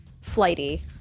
flighty